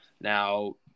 Now